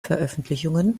veröffentlichungen